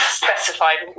specified